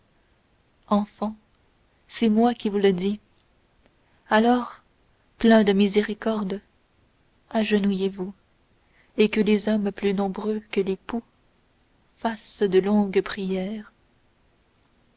enfants c'est moi qui vous le dis alors pleins de miséricorde agenouillez vous et que les hommes plus nombreux que les poux fassent de longues prières